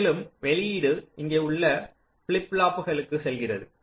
மேலும் வெளியிடு இங்குள்ள ஃபிளிப் ஃப்ளாப்களுக்கு செல்கிறது